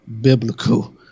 biblical